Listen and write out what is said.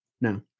no